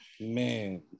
Man